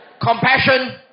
Compassion